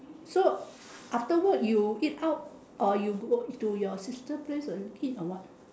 so after work you eat out or you go to your sister place and eat or what